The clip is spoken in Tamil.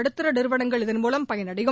நடுத்தர நிறுவனங்கள் இதன்மூலம் பயனடையும்